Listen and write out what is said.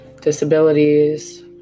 disabilities